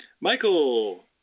Michael